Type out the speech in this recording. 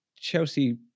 Chelsea